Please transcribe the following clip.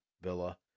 villa